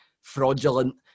fraudulent